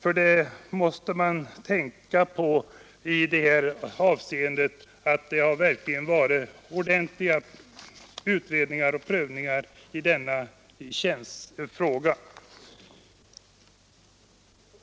Man måste beakta att det verkligen har gjorts ordentliga utredningar och prövningar i denna fråga.